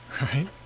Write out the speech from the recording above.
right